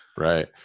right